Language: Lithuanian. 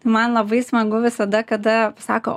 man labai smagu visada kada sako